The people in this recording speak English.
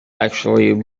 actually